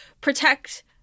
protect